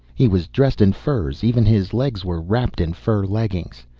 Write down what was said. he was dressed in furs, even his legs were wrapped in fur leggings.